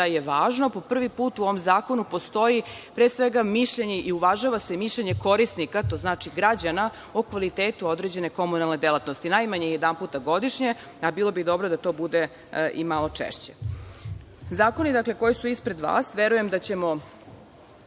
da je važno, po prvi put u ovom zakonu postoji, pre svega, mišljenje, i uvažava se mišljenje korisnika, to znači građana, o kvalitetu određene komunalne delatnosti. Najmanje jedanputa godišnje, a bilo bi dobro da to bude i malo češće. Zakoni koji su ispred vas, verujem da ćemo